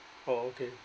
oh okay